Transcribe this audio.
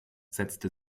setzte